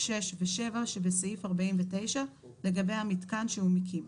(6) ו-(7) שבסעיף 49 לגבי המיתקן שהוא מקים.